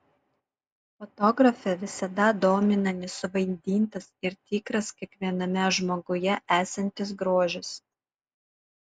fotografę visada domino nesuvaidintas ir tikras kiekviename žmoguje esantis grožis